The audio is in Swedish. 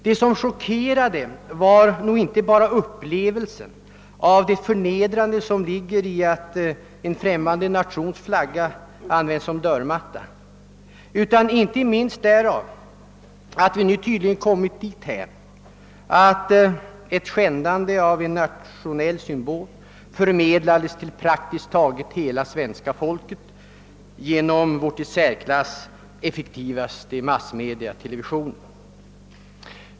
Det som chockerade var nog inte bara upplevelsen av det förnedrande i att en nations flagga användes som dörrmatta utan minst lika mycket att vi nu tydligen kommit dithän, att skändandet av en nationell symbol förmedlas till praktiskt taget hela svenska folket genom vårt i särklass effektivaste massmedium, televisionen.